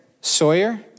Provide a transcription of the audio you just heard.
Sawyer